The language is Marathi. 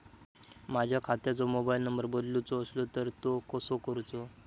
माझ्या खात्याचो मोबाईल नंबर बदलुचो असलो तर तो कसो करूचो?